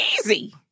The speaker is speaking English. Easy